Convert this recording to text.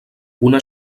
una